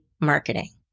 marketing